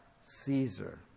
Caesar